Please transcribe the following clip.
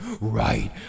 right